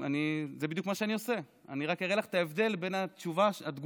אתה רוצה לדבר על זה, אולי?